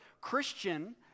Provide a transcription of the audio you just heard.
Christian